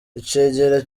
icegera